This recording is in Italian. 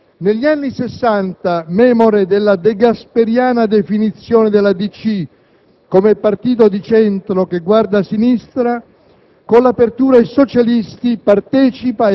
del Parlamento e del Governo. Negli anni Sessanta, memore della degasperiana definizione della DC come «partito di centro che guarda a sinistra»,